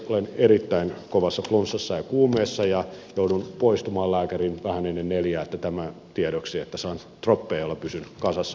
olen erittäin kovassa flunssassa ja kuumeessa ja joudun poistumaan lääkäriin vähän ennen neljää tämä tiedoksi että saan troppeja joilla pysyn kasassa